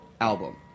album